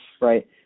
right